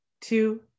two